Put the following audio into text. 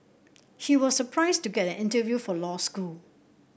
he was surprised to get an interview for law school